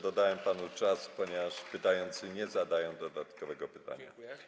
Dodałem panu czas, ponieważ pytający nie zadają dodatkowego pytania.